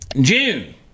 June